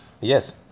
Yes